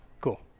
Cool